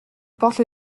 porte